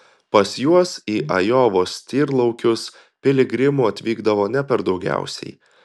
pas juos į ajovos tyrlaukius piligrimų atvykdavo ne per daugiausiai